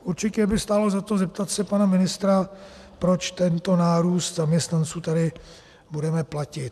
Určitě by stálo za to zeptat se pana ministra, proč tento nárůst zaměstnanců tady budeme platit.